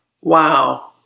Wow